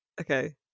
Okay